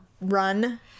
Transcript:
run